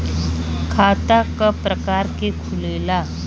खाता क प्रकार के खुलेला?